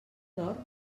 dorm